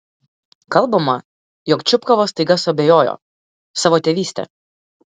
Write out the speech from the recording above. kalbama jog čupkovas staiga suabejojo savo tėvyste